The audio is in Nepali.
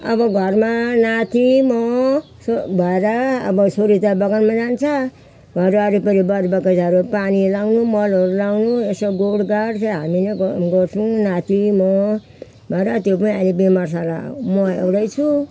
अब घरमा नाति म भएर अब छोरी त बगानमा जान्छ घर वरिपरि बोट बगैँचाहरू पानी लगाउनु मलहरू लगाउनु यसो गोड गाड चाहिँ हामीले गर् गर्छौँ नाति म भएर त्यो पनि अहिले बिमार छ र म एउटै छु